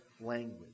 language